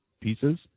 pieces